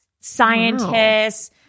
scientists